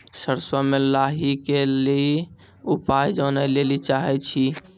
सरसों मे लाही के ली उपाय जाने लैली चाहे छी?